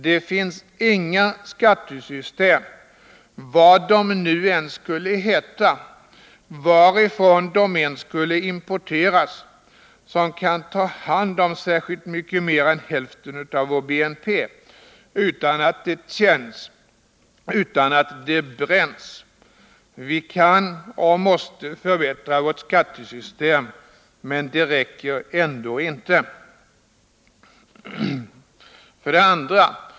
Det finns inga nya skattesystem — vad de än skulle heta, varifrån de än skulle importeras — som kan ta hand om särskilt mycket mera än hälften av vår BNP, utan att det känns, utan att det bränns. Vi kan och måste förbättra vårt skattesystem, men det räcker ändå inte. 2.